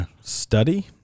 study